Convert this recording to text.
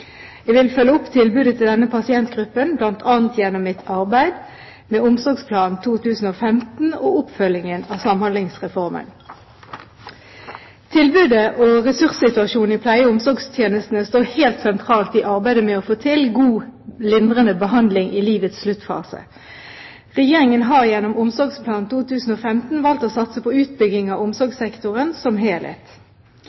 Jeg vil følge opp tilbudet til denne pasientgruppen, bl.a. gjennom mitt arbeid med Omsorgsplan 2015 og gjennom oppfølgingen av Samhandlingsreformen. Tilbudet og ressurssituasjonen i pleie- og omsorgstjenestene står helt sentralt i arbeidet med å få til god lindrende behandling i livets sluttfase. Regjeringen har gjennom Omsorgsplan 2015 valgt å satse på utbygging av